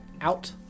out